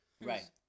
right